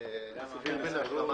כל הסעיף הזה,